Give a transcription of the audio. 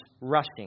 rushing